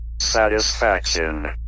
satisfaction